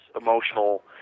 emotional